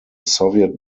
soviet